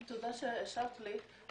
תודה שהשבת לי.